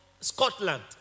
Scotland